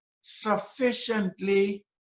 sufficiently